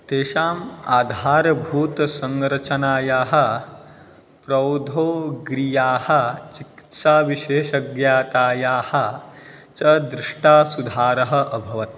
तेषाम् आधारभूतसंरचनायाः प्रौधोग्रियाः चिकित्साविशेषज्ञातायाः च दृष्टा सुधारः अभवत्